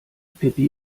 pipi